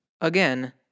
Again